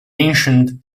ancient